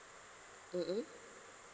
mm mm